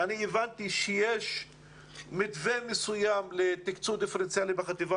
אני הבנתי שיש מתווה מסוים לתקצוב דיפרנציאלי בחטיבה